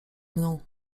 mną